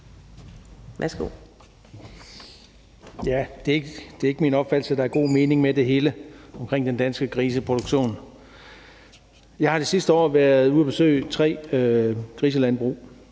(EL): Det er ikke min opfattelse, at der er god mening med det hele i den danske griseproduktion. Jeg har det sidste år været ude at besøge tre griselandbrug,